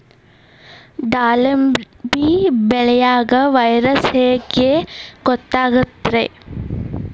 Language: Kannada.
ದಾಳಿಂಬಿ ಬೆಳಿಯಾಗ ವೈರಸ್ ರೋಗ ಹ್ಯಾಂಗ ಗೊತ್ತಾಕ್ಕತ್ರೇ?